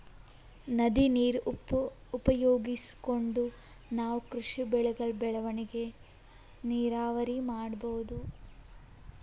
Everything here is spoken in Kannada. ನದಿ ನೀರ್ ಉಪಯೋಗಿಸ್ಕೊಂಡ್ ನಾವ್ ಕೃಷಿ ಬೆಳೆಗಳ್ ಬೆಳವಣಿಗಿ ನೀರಾವರಿ ಮಾಡ್ಬಹುದ್